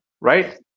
right